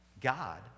God